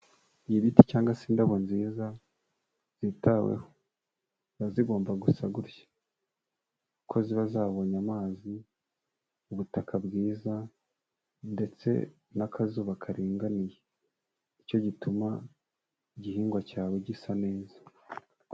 Ibiti cyangwa se indabo nziza zitaweho ziba zigomba gusa gutya, kuko ziba zabonye amazi, ubutaka bwiza ndetse n'akazuba karinganiye, ni cyo gituma igihingwa cyawe gisa neza.